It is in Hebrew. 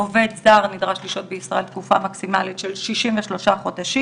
עובד זר נדרש לשהות בישראל תקופה מקסימלית של 63 חודשים.